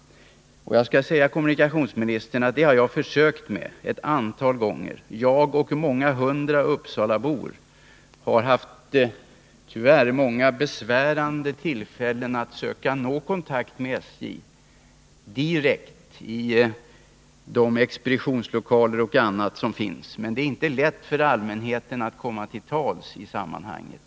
Jag skall säga kommunikationsministern att det har jag försökt göra ett antal gånger. Jag och många hundra uppsalabor med mig har vid många besvärliga tillfällen sökt nå kontakt med SJ direkt i de expeditionslokaler som finns. Men det är inte lätt för allmänheten att komma till tals i sammanhanget.